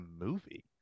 movie